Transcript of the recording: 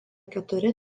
keturi